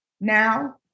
now